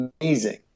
amazing